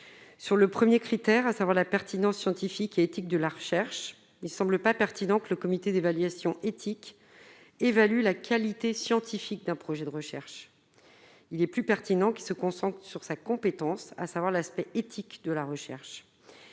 sur le 1er critère, à savoir la pertinence scientifique et éthique de la recherche, il ne semble pas pertinent que le comité d'évaluation éthique évalue la qualité scientifique d'un projet de recherche, il est plus pertinent, qui se concentre sur sa compétence, à savoir l'aspect éthique de la recherche,